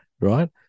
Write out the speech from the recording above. Right